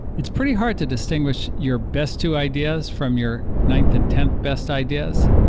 it's pretty hard to distinguish your best two ideas from your ninth and tenth best ideas.